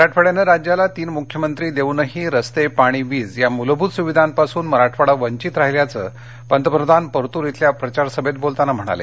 मराठवाड्यानं राज्याला तीन मुख्यमंत्री देऊनही रस्ते पाणी वीज या मूलभूत सुविधांपासून मराठवाडा वंचित राहिल्याचं पंतप्रधान परतूर क्रिं प्रचार सभेत बोलताना म्हणाले